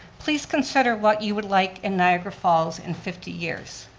please consider what you would like in niagara falls in fifty years.